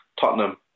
Tottenham